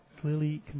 Clearly